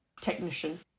technician